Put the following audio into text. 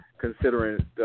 considering